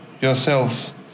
yourselves